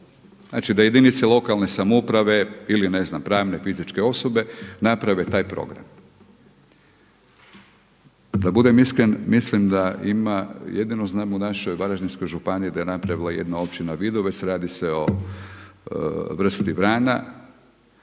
znači da jedinice lokalne samouprave ili ne znam pravne, fizičke osobe naprave taj program. Da budem iskren mislim da ima, jedino znam u našoj Varaždinskoj županiji da je napravila jedna općina Vidovec, radi se o vrsti vrana.